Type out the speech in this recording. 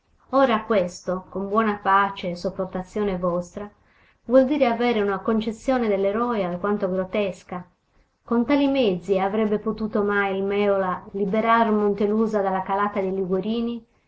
ora questo con buona pace e sopportazione vostra vuol dire avere una concezione dell'eroe alquanto grottesca con tali mezzi avrebbe potuto mai il mèola liberar montelusa dalla calata dei liguorini